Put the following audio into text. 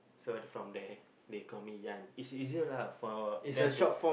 so it's from there they call me Yan it's easier lah for our them to